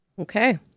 Okay